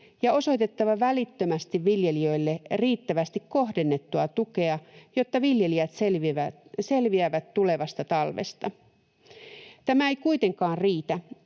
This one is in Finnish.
ja osoittaa välittömästi viljelijöille riittävästi kohdennettua tukea, jotta viljelijät selviävät tulevasta talvesta. Tämä ei kuitenkaan riitä,